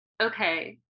okay